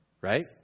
Right